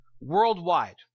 worldwide